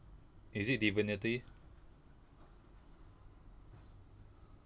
is it divinity